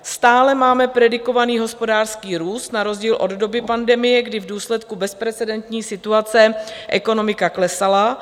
Stále máme predikovaný hospodářský růst na rozdíl od doby pandemie, kdy v důsledku bezprecedentní situace ekonomika klesala.